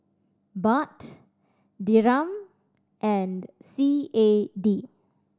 Baht Dirham and C A D